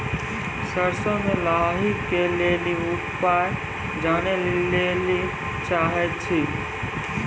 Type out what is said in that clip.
सरसों मे लाही के ली उपाय जाने लैली चाहे छी?